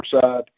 side